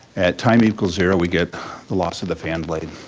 at time equals zero we get the loss of the fan blade.